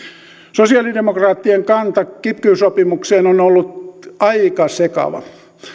sosialidemokraattien kanta kiky sopimukseen on ollut aika sekava